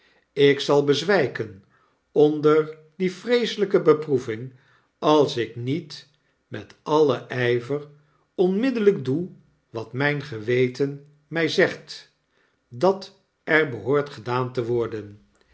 ik zal bezwijken onder die vreeselyke beproeving als ik niet met alien ijver onmiddellijk doe wat myn geweten my zegt dat er behoort gedaan te worden